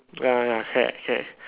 ya ya correct correct